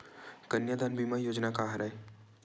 कन्यादान बीमा योजना का हरय?